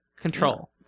control